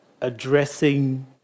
addressing